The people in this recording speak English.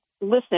listen